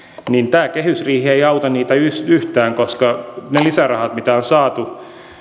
tämä kehysriihi ei auta yhtään koska ne lisärahat mitä on saatu